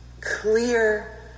clear